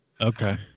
Okay